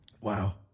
Wow